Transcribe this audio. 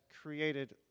created